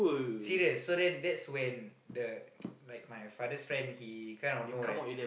serious so then that's when the like my father's friend he kind of know like